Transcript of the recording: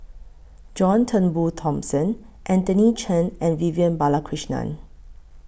John Turnbull Thomson Anthony Chen and Vivian Balakrishnan